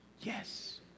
Yes